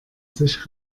sich